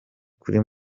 kuri